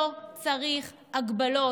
לא צריך הגבלות.